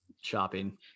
shopping